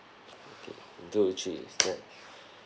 okay two three clap